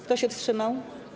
Kto się wstrzymał?